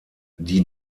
die